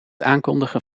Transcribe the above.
aankondigen